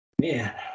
man